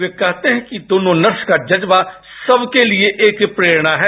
वे कहते हैं कि दोनों नर्स का जज्बा सबके लिए एक प्रेरणा है